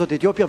קבוצות אתיופיה.